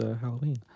Halloween